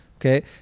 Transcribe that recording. Okay